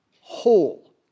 whole